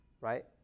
Right